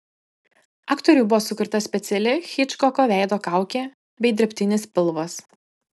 aktoriui buvo sukurta speciali hičkoko veido kaukė bei dirbtinis pilvas